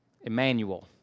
Emmanuel